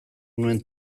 nuen